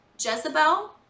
Jezebel